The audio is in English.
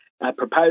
proposed